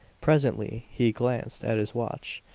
presently he glanced at his watch,